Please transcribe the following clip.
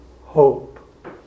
hope